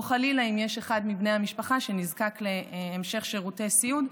או חלילה אם יש אחד מבני המשפחה שנזקק להמשך שירותי סיעוד,